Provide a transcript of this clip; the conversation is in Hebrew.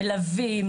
מלווים,